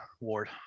Ward